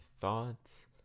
thoughts